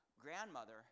grandmother